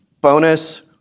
bonus